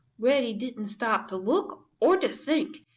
reddy didn't stop to look or to think.